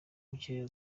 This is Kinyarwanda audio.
mukirere